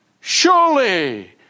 surely